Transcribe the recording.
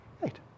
Right